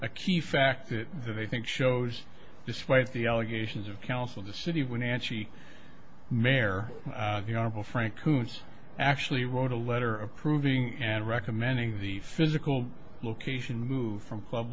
a key fact that they think shows despite the allegations of counsel the city when anchee mer frank koontz actually wrote a letter approving and recommending the physical location move from club